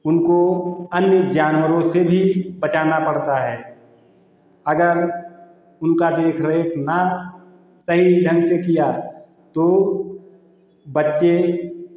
उनको अन्य जानवरों से भी बचाना पड़ता है अगर उनका देख रेख ना सही ढंग से किया तो बच्चे